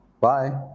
Bye